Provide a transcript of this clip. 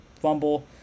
fumble